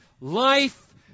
life